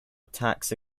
attacks